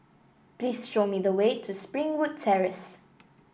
please show me the way to Springwood Terrace